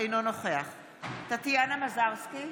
אינו נוכח טטיאנה מזרסקי,